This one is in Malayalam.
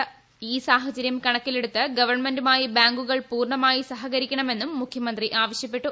ക്ക് ഇ സാഹചര്യം കണക്കിലെടുത്ത് ഗവൺമെന്റുമായി ബാങ്കുകൾ പൂർണമായി സഹകരിക്കണമെന്നും മുഖ്യമന്ത്രി ആവശ്യപ്പെട്ടു